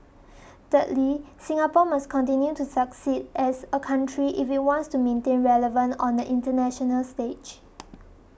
thirdly Singapore must continue to succeed as a country if it wants to remain relevant on the international stage